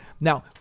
Now